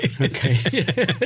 Okay